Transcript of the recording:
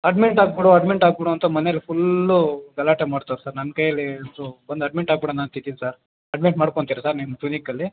admit ಆಗಿಬಿಡು admit ಆಗಿಬಿಡು ಅಂತ ಮನೇಲಿ ಫುಲ್ಲೂ ಗಲಾಟೆ ಮಾಡ್ತಾರೆ ಸರ್ ನನ್ನ ಕೈಯಲ್ಲಿ ಸೊ ಬಂದು ಅಡ್ಮಿಂಟ್ ಆಗ್ಬಿಡೋಣ ಅಂತ ಇದೀನಿ ಸರ್ ಅಡ್ಮಿಟ್ ಮಾಡ್ಕೊತೀರಾ ಸರ್ ನಿಮ್ಮ ಕ್ಲಿನಿಕಲ್ಲಿ